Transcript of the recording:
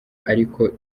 ariko